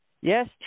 Yes